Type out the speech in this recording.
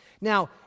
Now